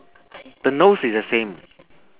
the nose is the same